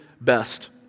best